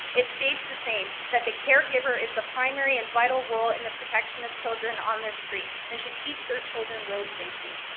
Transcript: it states the same, that the caregiver is the primary and vital role in the protection of children on their street, and should teach their children road safety.